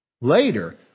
later